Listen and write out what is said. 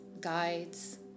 guides